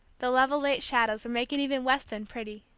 the level late shadows were making even weston pretty.